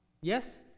Yes